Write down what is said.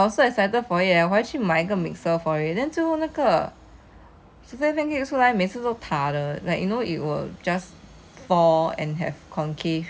the souffle pancakes that I made during uh C_B walao 真的是 I was so excited for it eh 我还去买一个 mixer for it then 最后那个